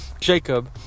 Jacob